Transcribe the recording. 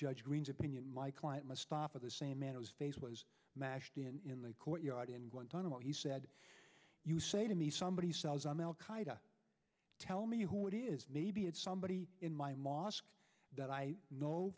judge green's opinion my client must stop with the same man whose face was mashed in a courtyard in guantanamo he said you say to me somebody sells i'm al qaeda tell me who it is maybe it's somebody in my mosque that i know